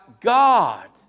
God